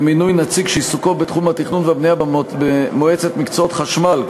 למינוי נציג שעיסוקו בתחום התכנון והבנייה במועצת מקצועות חשמל,